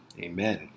amen